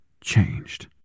changed